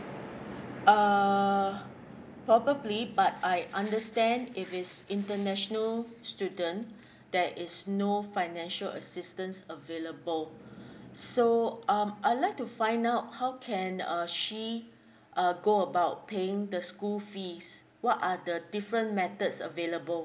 uh probably but I understand if it's international student there is no financial assistance available so um I like to find out how can err she err go about paying the school fees what are the different methods available